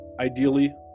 Ideally